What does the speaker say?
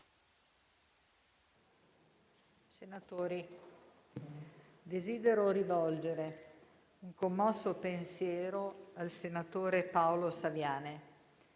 Senatori, desidero rivolgere un commosso pensiero al senatore Paolo Saviane,